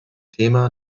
thema